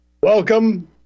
welcome